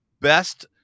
best